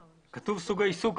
בתקנה 38 כתוב סוג העיסוק.